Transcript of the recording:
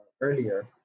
earlier